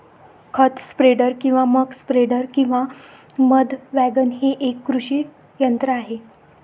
खत स्प्रेडर किंवा मक स्प्रेडर किंवा मध वॅगन हे एक कृषी यंत्र आहे